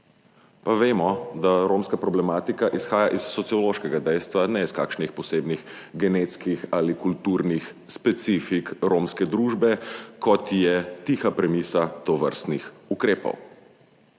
pa vemo, da romska problematika izhaja iz sociološkega dejstva, ne iz kakšnih posebnih genetskih ali kulturnih specifik romske družbe, kot je tiha premisa tovrstnih ukrepov.